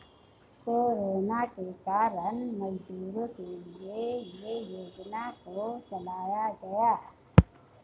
corona के कारण मजदूरों के लिए ये योजना को चलाया गया